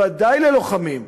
בוודאי ללוחמים,